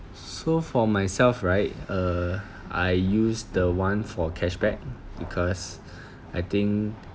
so for myself right uh I used the one for cashback because I think